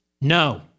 no